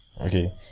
Okay